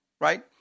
right